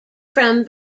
from